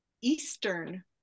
Eastern